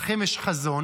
לכם יש חזון.